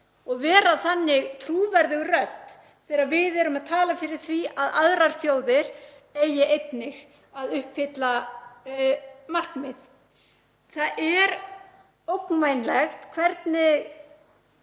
og vera þannig trúverðug rödd þegar við erum að tala fyrir því að aðrar þjóðir eigi einnig að uppfylla markmið. Það er ógnvænlegt hvernig